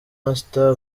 master